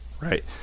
right